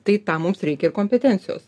tai tam mums reikia ir kompetencijos